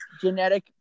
genetic